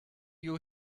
you